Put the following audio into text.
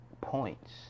points